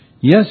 Yes